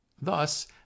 Thus